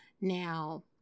Now